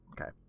Okay